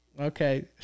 Okay